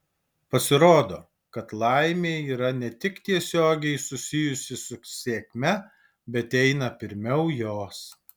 pasirodo kad laimė yra ne tik tiesiogiai susijusi su sėkme bei eina pirmiau jos